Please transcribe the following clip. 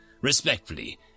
Respectfully